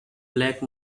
black